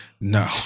No